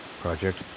project